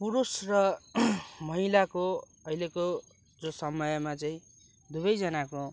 पुरुष र महिलाको अहिलेको जो समयमा चाहिँ दुवैजनाको